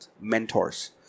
mentors